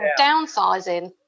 downsizing